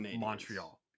Montreal